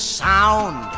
sound